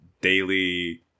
daily